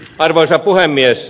arvoisa puhemies